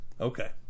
okay